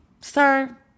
Sir